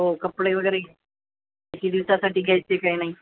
हो कपडे वगैरे त्या दिवसासाठी घ्यायचे काय नाही